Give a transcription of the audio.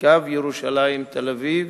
קו ירושלים תל-אביב